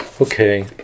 Okay